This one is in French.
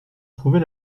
trouver